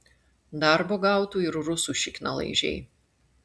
darbo gautų ir rusų šiknalaižiai